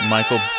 Michael